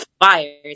fired